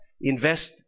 Invest